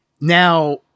Now